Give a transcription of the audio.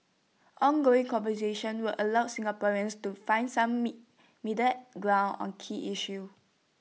ongoing conversations will allow Singaporeans to find some meet middle ground on key issues